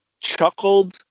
chuckled